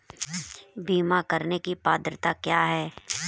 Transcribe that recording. बीमा करने की पात्रता क्या है?